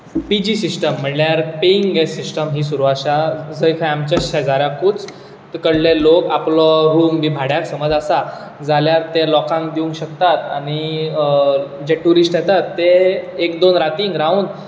फुटीची system म्हणल्यार paying guest system सुरू आसा जंय खंय आमच्या शेजाऱ्याकूच कडले लोक आपलो रूम बी भाड्यार समज आसा जाल्यार ते लोकांक दिवंक शकतात आनी जे टुरीस्ट येतात ते एक दोन रातीक रावून